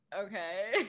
okay